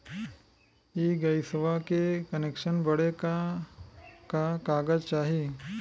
इ गइसवा के कनेक्सन बड़े का का कागज चाही?